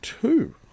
two